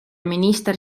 minister